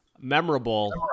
memorable